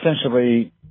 essentially